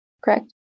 Correct